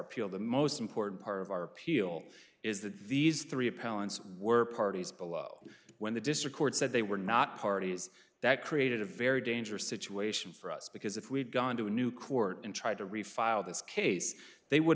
appeal the most important part of our appeal is that these three opponents were parties below when the district court said they were not parties that created a very dangerous situation for us because if we'd gone to a new court and tried to refile this case they would